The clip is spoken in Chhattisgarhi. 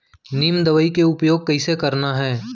नीम दवई के उपयोग कइसे करना है?